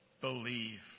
believe